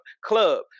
club